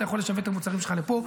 אתה יכול לשווק את המוצרים שלך פה.